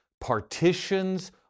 partitions